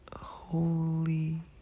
Holy